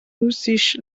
russisch